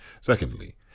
secondly